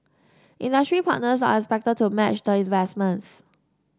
industry partners are expected to match the investments